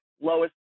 lowest